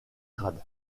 grade